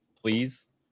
please